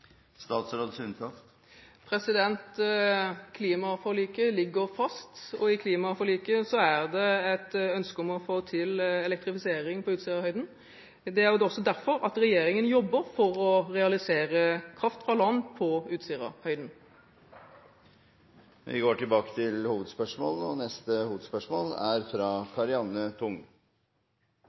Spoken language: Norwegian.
Klimaforliket ligger fast, og i klimaforliket er det et ønske om å få til elektrifisering på Utsirahøyden. Det er jo også derfor regjeringen jobber for å realisere kraft fra land på Utsirahøyden. Vi går til neste hovedspørsmål.